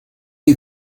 est